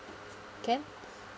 can